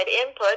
input